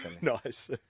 Nice